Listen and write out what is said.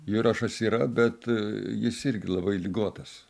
jurašas yra bet jis irgi labai ligotas